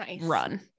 run